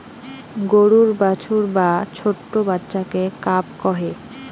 গরুর বাছুর বা ছোট্ট বাচ্চাকে কাফ কহে